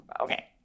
Okay